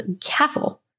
castle